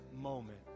moment